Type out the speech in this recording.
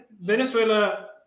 Venezuela